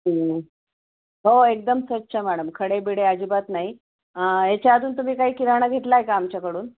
हं हो एकदम स्वच्छ मॅडम खडे बिडे अजिबात नाही याच्या अजून तुम्ही काही किराणा घेतला आहे का आमच्याकडून